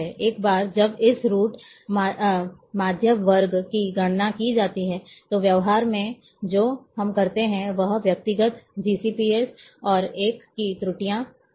एक बार जब इस रूट माध्य वर्ग की गणना की जाती है तो व्यवहार में जो हम करते हैं वह व्यक्तिगत जीसीपी और एक की त्रुटियों का पता लगाता है